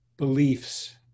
beliefs